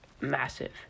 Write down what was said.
massive